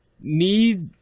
Need